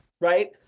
right